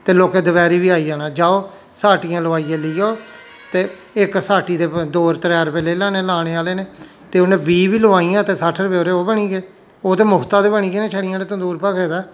ते लोकें दपैह्रीं बी आई जाना जाओ साट्टियां लवाइयै लेई आओ ते इक साटी दे दो त्रै रपे लेई लैने लाने आह्ले ने ते उ'न्नै बीह् बी लुआइया ते सट्ठ रपेऽओह्दे ओह् बनी गे ओह् ते मुख्तै दे बनी गे ना छड़ी इत्थै तंदूर भखे दा ऐ